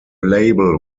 label